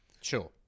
Sure